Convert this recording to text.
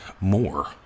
more